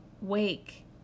wake